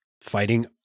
fighting